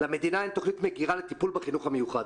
למדינה אין תוכנית מגירה לטיפול בחינוך המיוחד.